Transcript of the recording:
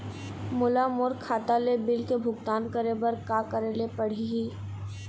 मोला मोर खाता ले बिल के भुगतान करे बर का करेले पड़ही ही?